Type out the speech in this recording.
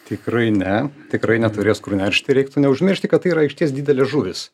tikrai ne tikrai neturės kur neršti reiktų neužmiršti kad tai yra išties didelės žuvys